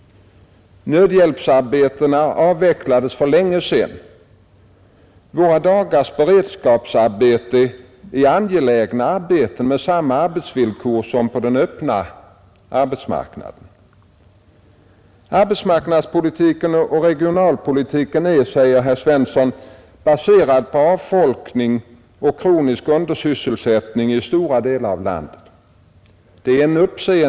Nödhjälpsarbetena avvecklades för länge sedan. Våra dagars beredskapsarbeten är angelägna arbeten med samma arbetsvillkor som på den öppna arbetsmarknaden. Arbetsmarknadspolitiken och regionalpolitiken är, säger herr Svensson, ”baserad på avfolkning och kronisk undersysselsättning i stora delar av landet”.